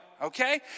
Okay